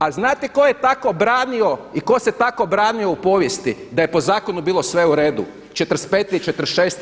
A znate tko je tako branio i tko se tako branio u povijesti da je po zakonu bilo u redu '45. i '46.